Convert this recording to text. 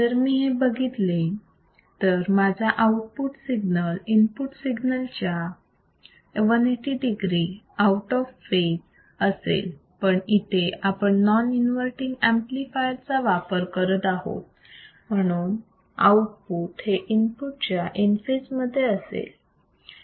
जर मी हे बघितले तर माझा आउटपुट सिग्नल इनपुट सिग्नलच्या 180 degree आऊट ऑफ फेज असेल पण इथे आपण नॉन इन्वर्तींग ऍम्प्लिफायर चा वापर करत आहोत म्हणून आउटपुट हे इनपुट च्या इन फेज मध्ये असेल